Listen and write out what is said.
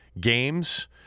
games